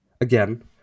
Again